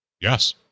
Yes